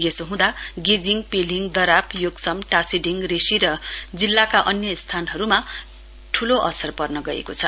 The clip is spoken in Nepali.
यसो हँदा गेजिङ पेलिङ दराप योकसम टाशीडिङ रेशी र जिल्लाका अन्य स्थानहरूमा ठूलो असर पर्न गएको छ